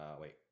wait